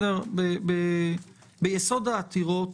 ביסוד העתירות